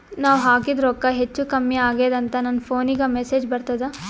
ನಾವ ಹಾಕಿದ ರೊಕ್ಕ ಹೆಚ್ಚು, ಕಮ್ಮಿ ಆಗೆದ ಅಂತ ನನ ಫೋನಿಗ ಮೆಸೇಜ್ ಬರ್ತದ?